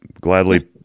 gladly